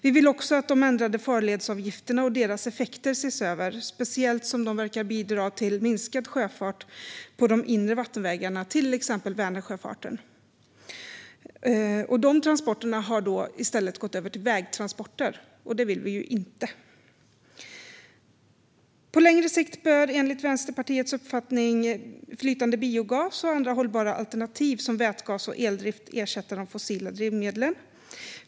Vi vill också att de ändrade farledsavgifterna och deras effekter ses över, speciellt eftersom de verkar bidra till minskad sjöfart på de inre vattenvägarna, till exempel Vänersjöfarten. De transporterna har i stället gått över till vägtransporter. Det vill vi ju inte. Vänsterpartiets uppfattning är att på längre sikt bör flytande biogas och andra hållbara alternativ som vätgas och eldrift ersätta de fossila drivmedlen.